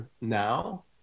now